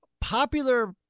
popular